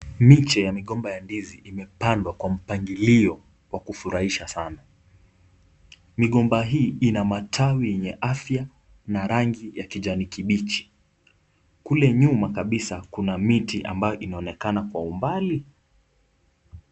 Miche ya migomba ya ndizi imepandwa kwa mpangilio wa kufurahisha sana , migomba hii ina matawi yenye afya na rangi ya kijani kibichi. Kule nyuma kabisa kuna miti ambayo inaonekana kwa umbali.